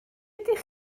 ydych